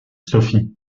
sophie